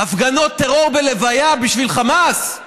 הפגנות טרור בלוויה בשביל חמאס?